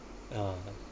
ah